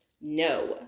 No